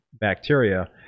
bacteria